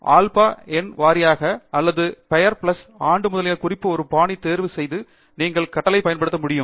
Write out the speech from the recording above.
alpha எண் வாரியாக அல்லது பெயர் பிளஸ் ஆண்டு முதலியன குறிப்பு ஒரு பாணி தேர்வு செய்ய நீங்கள் கட்டளை பயன்படுத்த முடியும்